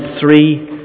three